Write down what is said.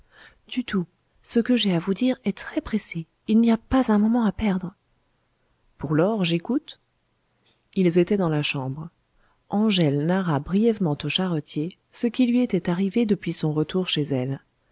du tout ce que j'ai à vous dire est très-pressé il n'y a pas un moment à perdre pour lors j'écoute ils étaient dans la chambre angèle narra brièvement au charretier ce qui lui était arrivé depuis son retour chez elle